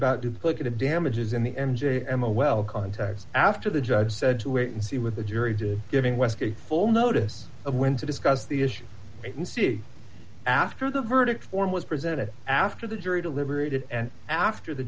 about duplicative damages in the m j m a well contacts after the judge said to wait and see what the jury did giving west a full notice of when to discuss the issue and see after the verdict form was presented after the jury deliberated and after the